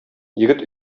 егет